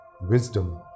wisdom